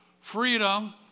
freedom